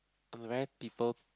I'm a very people